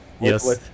Yes